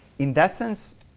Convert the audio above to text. in that sense,